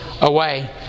away